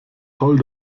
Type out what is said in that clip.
toll